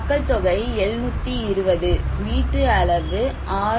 மக்கள் தொகை 720 வீட்டு அளவு 6